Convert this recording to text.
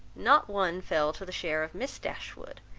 not one fell to the share of miss dashwood,